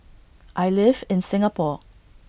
I live in Singapore